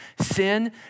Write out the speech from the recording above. Sin